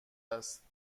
است